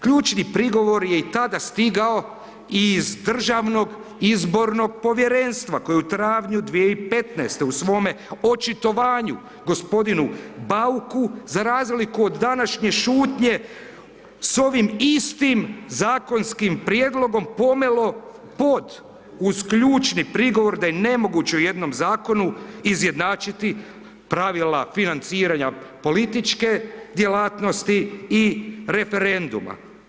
Ključni prigovori je i tada stigao iz Državnog izbornog povjerenstva koji je u travnju 2015.-te u svome očitovanju g. Bauku, za razliku od današnje šutnje, s ovim istim zakonskim prijedlogom, pomelo pod uz ključni prigovor da je nemoguće u jednom Zakonu izjednačiti pravila financiranja političke djelatnosti i referenduma.